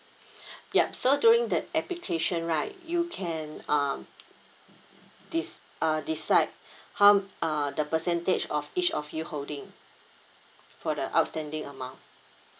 yup so during the application right you can um dec~ uh decide how the percentage of each of you holding for the outstanding amount